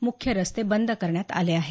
मुख्य रस्ते बंद करण्यात आले आहेत